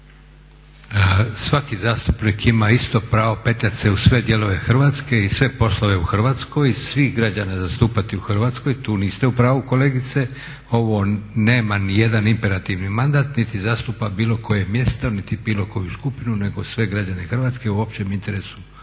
Svaki zastupnik ima isto pravo petljati se u sve dijelove Hrvatske i sve poslove u Hrvatskoj i svih građana zastupati u Hrvatskoj, tu niste u pravu kolegice. Ovo nema nijedan imperativni mandat niti zastupa bilo koje mjesto niti bilo koju skupinu nego sve građane Hrvatske u općem interesu Hrvatske